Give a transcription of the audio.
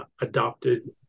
adopted